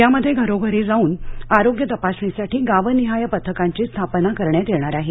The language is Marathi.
यामध्ये घरोघरी जाऊन आरोग्य तपासणीसाठी गावनिहाय पथकांची स्थापना करण्यात येणार आहे